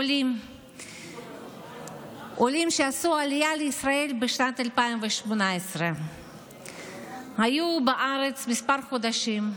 עולים שעשו עלייה לישראל בשנת 2018. הם היו בארץ כמה חודשים,